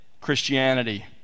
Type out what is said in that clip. Christianity